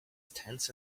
tense